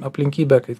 aplinkybė kai